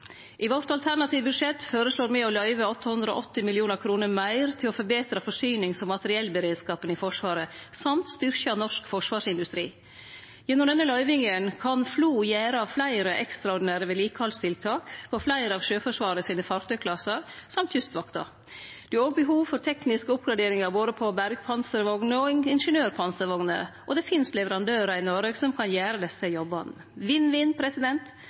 I vårt alternative budsjett føreslår me å løyve 880 mill. kr meir til å forbetre forsynings- og materiellberedskapen i Forsvaret og å styrkje norsk forsvarsindustri. Gjennom denne løyvinga kan FLO gjere fleire ekstraordinære vedlikehaldstiltak på fleire av Sjøforsvaret sine fartøyklassar og Kystvakta. Det er òg behov for tekniske oppgraderingar på både bergpanservogner og ingeniørpanservogner, og det finst leverandørar i Noreg som kan gjere desse jobbane.